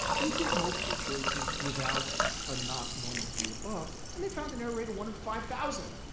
they did multiple choices without a not one of the above. and they found an error rate of one in five thousand.